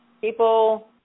People